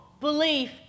belief